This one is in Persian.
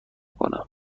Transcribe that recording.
کنم